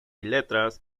letras